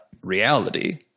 reality